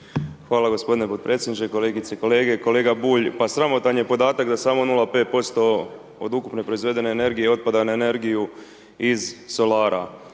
Hvala gospodine potpredsjedniče, kolegice i kolege. Kolega Bulj, pa sramotan je podatak da samo 0,5% od ukupne proizvedene energije otpada na energiju iz solara.